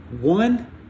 One